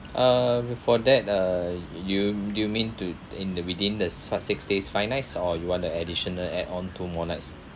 uh with for that uh you you mean to in the within the first six days five nights or you want the additional add on two more nights